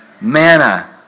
manna